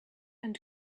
and